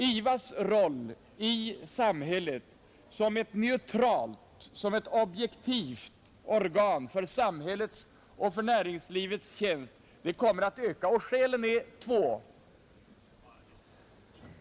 IVAs roll i samhället som ett neutralt, som ett objektivt organ till samhällets och näringslivets tjänst kommer att öka, och skälen är två.